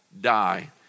die